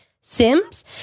Sims